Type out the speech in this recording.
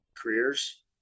Careers